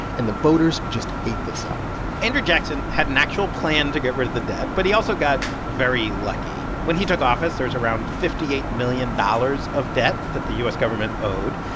and the voters just ate this up andrew jackson had an actual plan to get rid of the debt, but he also got very lucky. when he took office, there was around fifty eight million dollars of debt that the u s. government owed.